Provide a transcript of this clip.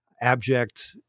abject